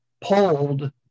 pulled